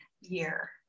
year